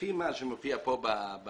לפי מה שמופיע כאן בנוסח,